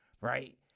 right